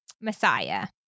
messiah